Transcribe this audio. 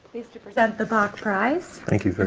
pleased to present the bok prize. thank you